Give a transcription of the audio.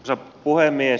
arvoisa puhemies